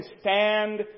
stand